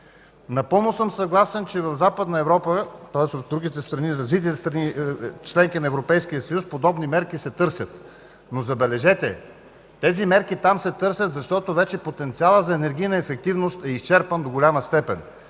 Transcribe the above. Напълно съм съгласен, че в Западна Европа, тоест в другите страни, развитите страни – членки на Европейския съюз, подобни мерки се търсят. Но, забележете, тези мерки там се търсят, защото вече потенциалът за енергийна ефективност е изчерпан до голяма степен.